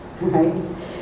right